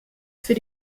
für